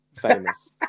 famous